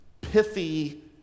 pithy